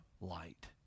light